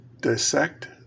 dissect